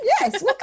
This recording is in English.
Yes